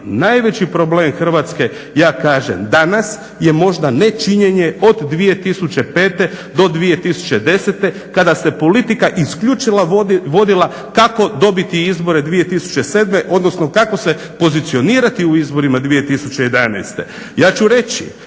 najveći problem Hrvatske ja kažem danas je možda nečinjenje od 2005. do 2010. kada se politika isključivo vodila kako dobiti izbore 2007., odnosno kako se pozicionirati u izborima 2011. Ja ću reći